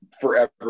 forever